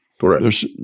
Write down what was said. Correct